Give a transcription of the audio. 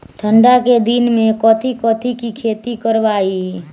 ठंडा के दिन में कथी कथी की खेती करवाई?